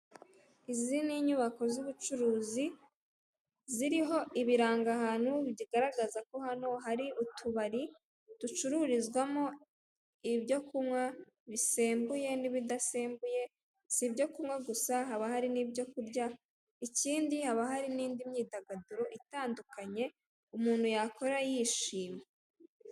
Izi ni inyubako z'ubucuruzi, ziriho ibirangahantu bigaragaza ko hano hari utubari ducururizwamo ibyo kunywa ( bisembuye n'ibidasembuye), si ibyo kunywa gusa, haba hari n'ibyo kurya, ikindi hari n'indi n'imyidagaduro itandukanye umuntu yakora yishimye.